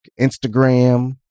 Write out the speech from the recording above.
Instagram